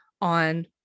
on